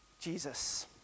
Jesus